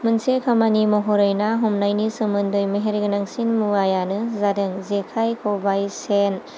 मोनसे खामानि महरै ना हमनायनि सोमोन्दै मेहेर गोनांसिन मुवायानो जादों जेखाइ खबाइ सेन